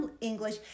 English